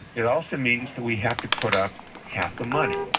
it also means that we have to put up half the money.